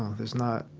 ah there's not,